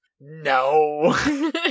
no